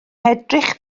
edrych